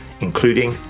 including